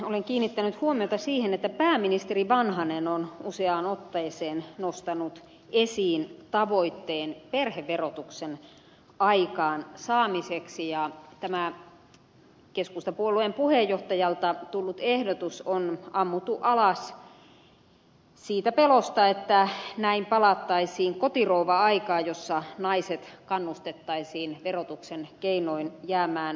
olen kiinnittänyt huomiota siihen että pääministeri vanhanen on useaan otteeseen nostanut esiin tavoitteen perheverotuksen aikaansaamiseksi ja tämä keskustapuolueen puheenjohtajalta tullut ehdotus on ammuttu alas siitä pelosta että näin palattaisiin kotirouva aikaan jossa naiset kannustettaisiin verotuksen keinoin jäämään kotiin